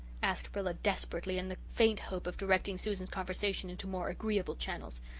asked rilla desperately, in the faint hope of directing susan's conversation into more agreeable channels.